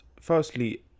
firstly